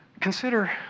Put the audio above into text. Consider